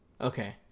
Okay